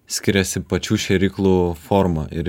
skiriasi pačių šėryklų forma ir